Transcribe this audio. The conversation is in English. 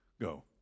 Go